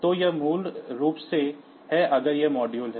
तो यह मूल रूप से है अगर यह मॉड्यूल है